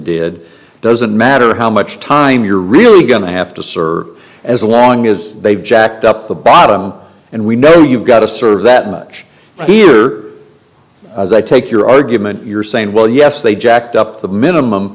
did doesn't matter how much time you're really going to have to serve as long as they jacked up the bottom and we know you've got to serve that much bigger as i take your argument you're saying well yes they jacked up the minimum